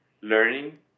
learning